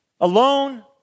alone